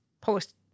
post